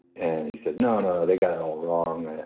and he said, no, no, no. they got it all wrong.